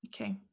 Okay